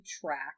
track